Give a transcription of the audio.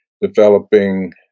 developing